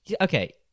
okay